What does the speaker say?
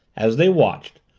as they watched,